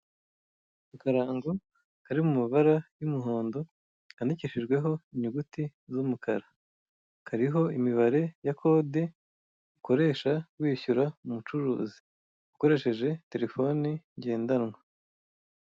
Akarango kari mu mabara y'umuhondo handikishijweho inyuguti z'umukara, kariho imibare ya kode ukoresha wishyura umucuruzi ukoresheje Terefone ngendanwa.